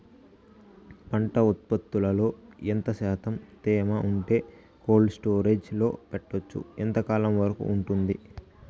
పంట ఉత్పత్తులలో ఎంత శాతం తేమ ఉంటే కోల్డ్ స్టోరేజ్ లో పెట్టొచ్చు? ఎంతకాలం వరకు ఉంటుంది